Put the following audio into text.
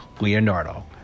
Leonardo